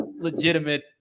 legitimate